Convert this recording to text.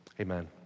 amen